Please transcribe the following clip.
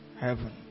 heaven